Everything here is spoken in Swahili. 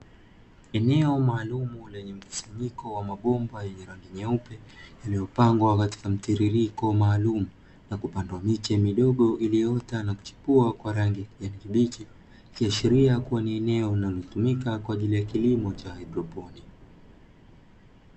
Eneo maalumu lenye mkusanyiko wa mabomba yenye rangi nyeupe iliyopangwa katika mtiririko maalumu na kupandwa miche midogo, iliyoota na kuchukua kwa rangi ya kijani kibichi kusharia kwenye eneo linalotumika kwa ajili ya kilimo cha haidroponiki.